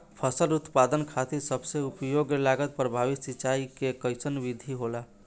फसल उत्पादन खातिर सबसे उपयुक्त लागत प्रभावी सिंचाई के कइसन विधि होला?